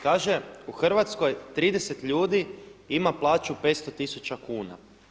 Kaže u Hrvatskoj 30 ljudi ima plaću 500 tisuća kuna.